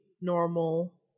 normal